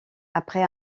après